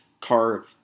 car